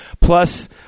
Plus